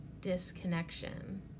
disconnection